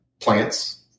plants